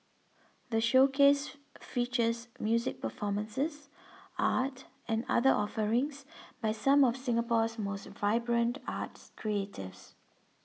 the showcase features music performances art and other offerings by some of Singapore's most vibrant arts creatives